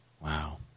wow